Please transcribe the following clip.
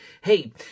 Hey